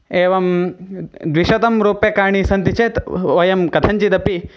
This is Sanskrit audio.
एवं द्विशतं रूप्यकाणि सन्ति चेत् वह् वयं कथञ्चिदपि